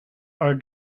are